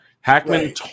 Hackman